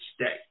stay